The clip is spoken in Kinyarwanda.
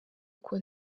uko